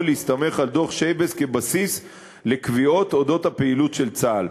להסתמך על דוח שייבס כבסיס לקביעות על הפעילות של צה"ל.